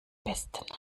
besten